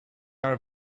are